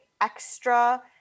extra